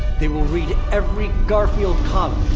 they will read every garfield comic,